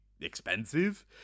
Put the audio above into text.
expensive